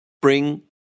bring